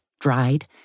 dried